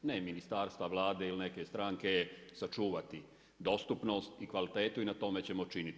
Ne ministarstva Vlade ili neke stranke, sačuvati dostupnost i kvalitetu i na tome ćemo činiti.